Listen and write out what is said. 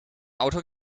auto